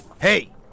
Hey